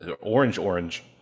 orange-orange